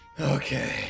Okay